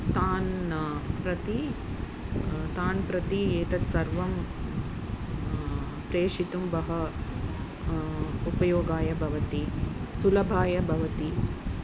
तान् प्रति तान् प्रति एतत् सर्वं प्रेषितुं बहु उपयोगाय भवति सुलभाय भवति